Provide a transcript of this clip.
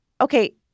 Okay